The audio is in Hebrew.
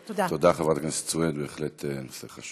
יאסר ערפאת, אני אמרתי: אין אומה.